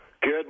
Good